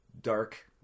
dark